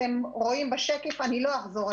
יש לא מעט תלונות,